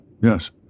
Yes